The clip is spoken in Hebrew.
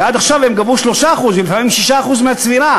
כי עד עכשיו הם גבו 3% ולפעמים 6% מהצבירה.